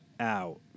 out